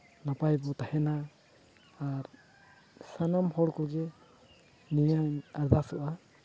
ᱱᱟᱯᱟᱭ ᱵᱚ ᱛᱟᱦᱮᱱᱟ ᱟᱨ ᱥᱟᱱᱟᱢ ᱦᱚᱲ ᱠᱚᱜᱮ ᱵᱟᱵᱚᱱ ᱱᱟᱨᱵᱷᱟᱥᱚᱜᱼᱟ